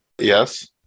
Yes